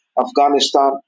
Afghanistan